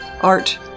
art